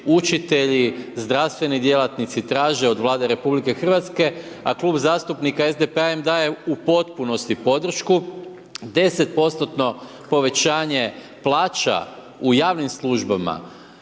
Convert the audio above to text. učitelji, zdravstveni djelatnici traže od Vlade RH a Klub zastupnika SDP-a im daje u potpunosti podršku 10%-tno povećanje plaća u javnim službama,